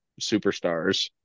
superstars